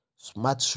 Smart